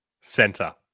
Center